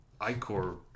Icor